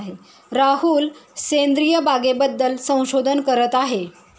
राहुल सेंद्रिय बागेबद्दल संशोधन करत आहे